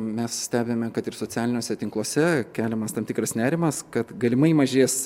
mes stebime kad ir socialiniuose tinkluose keliamas tam tikras nerimas kad galimai mažės